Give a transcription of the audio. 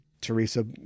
Teresa